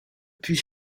puis